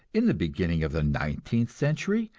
in the beginning of the nineteenth century,